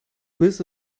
this